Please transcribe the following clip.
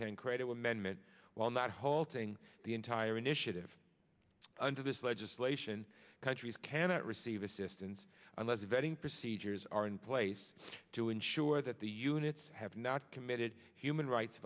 ten creative amendment while not halting the entire initiative under this legislation countries cannot receive assistance unless vetting procedures are in place to ensure that the units have not committed human rights